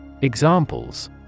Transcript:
Examples